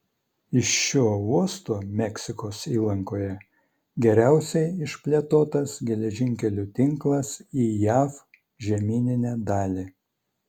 iš šio uosto meksikos įlankoje geriausiai išplėtotas geležinkelių tinklas į jav žemyninę dalį